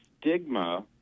stigma